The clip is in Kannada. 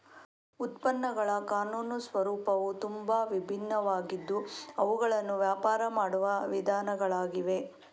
ಉತ್ಪನ್ನಗಳ ಕಾನೂನು ಸ್ವರೂಪವು ತುಂಬಾ ವಿಭಿನ್ನವಾಗಿದ್ದು ಅವುಗಳನ್ನು ವ್ಯಾಪಾರ ಮಾಡುವ ವಿಧಾನಗಳಾಗಿವೆ